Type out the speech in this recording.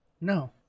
No